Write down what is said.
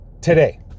today